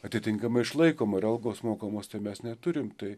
atitinkamai išlaikoma ir algos mokamos tai mes neturim tai